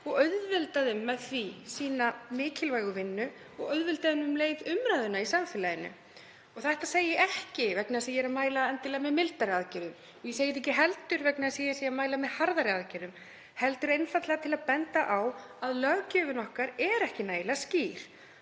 og auðvelda þeim með því sína mikilvægu vinnu og auðvelda um leið umræðuna í samfélaginu. Og þetta segi ég ekki vegna þess að ég sé að mæla endilega með mildari aðgerðum, ég segi það ekki heldur vegna þess að ég sé að mæla með harðari aðgerðum, heldur einfaldlega til að benda á að löggjöfin okkar er ekki nægilega skýr.